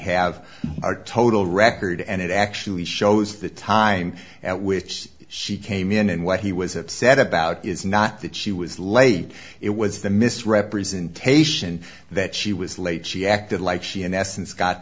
our total record and it actually shows the time at which she came in and what he was upset about is not that she was late it was the misrepresentation that she was late she acted like she in essence got